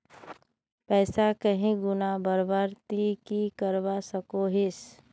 पैसा कहीं गुणा बढ़वार ती की करवा सकोहिस?